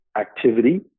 activity